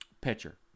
pitcher